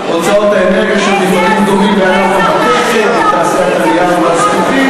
איזה עזות מצח להאשים את האופוזיציה בסגירת המפעלים.